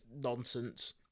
nonsense